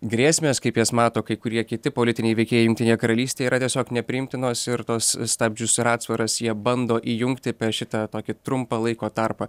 grėsmės kaip jas mato kai kurie kiti politiniai veikėjai jungtinėje karalystėje yra tiesiog nepriimtinos ir tuos stabdžius ir atsvaras jie bando įjungti per šitą tokį trumpą laiko tarpą